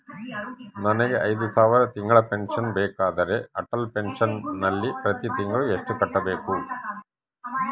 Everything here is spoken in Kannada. ನನಗೆ ಐದು ಸಾವಿರ ತಿಂಗಳ ಪೆನ್ಶನ್ ಬೇಕಾದರೆ ಅಟಲ್ ಪೆನ್ಶನ್ ನಲ್ಲಿ ಪ್ರತಿ ತಿಂಗಳು ಎಷ್ಟು ಕಟ್ಟಬೇಕು?